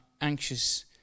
anxious